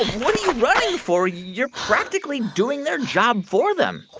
what are you running for? you're practically doing their job for them what?